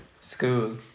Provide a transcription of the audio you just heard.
school